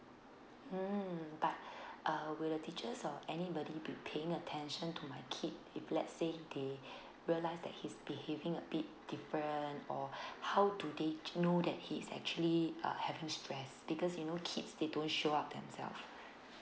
mm but uh will the teachers or anybody be paying attention to my kid if let's say they realize that he's behaving a bit different or how do they charge you know that he's actually uh having stress because you know kids they don't show up themselves